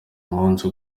umunsi